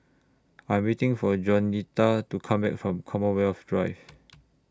I'm waiting For Juanita to Come Back from Commonwealth Drive